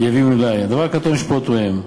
"יביאו אלי הדבר הקטֹן ישפטו הם",